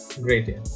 Great